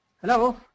Hello